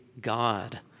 God